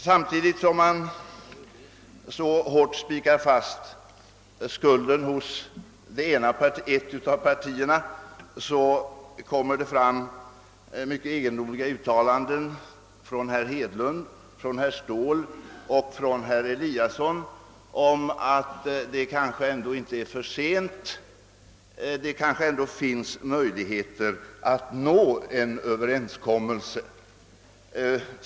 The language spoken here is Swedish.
Samtidigt som skulden så hårt spikas fast hos ett av partierna har det fällts mycket egendomliga yttranden av herr Hedlund, herr Ståhl och herr Eliasson om att det kanske ändå inte är för sent att nå en Överenskommelse.